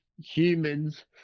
Humans